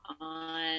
on